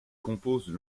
composent